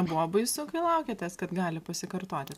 buvo baisu kai laukėtės kad gali pasikartoti